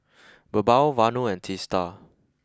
Birbal Vanu and Teesta